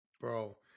Bro